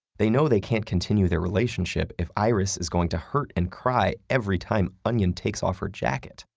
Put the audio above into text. they know they can't continue their relationship if iris is going to hurt and cry every time onion takes off her jacket.